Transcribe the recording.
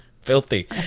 filthy